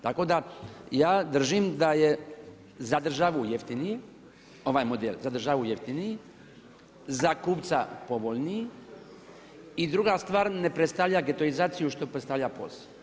Tako da ja držim da je za državu jeftinije ovaj model, za državu jeftiniji, za kupca povoljniji i druga stvar, ne predstavlja getoizaciju što predstavlja POS.